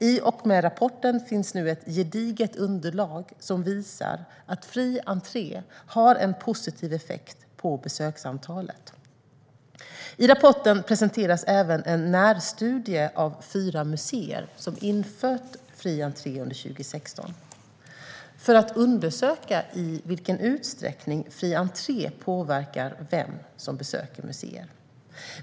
I och med rapporten finns nu ett gediget underlag som visar att fri entré har en positiv effekt på besöksantalet. I rapporten presenteras även en närstudie av fyra museer som infört fri entré under 2016 för att undersöka i vilken utsträckning fri entré påverkar vem som besöker museer.